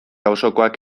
auzokoak